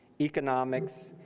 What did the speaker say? economics,